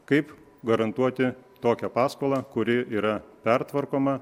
kaip garantuoti tokią paskolą kuri yra pertvarkoma